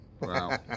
Wow